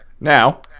Now